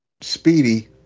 Speedy